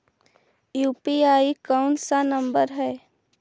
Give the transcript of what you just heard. UPI कोन सा number हैं?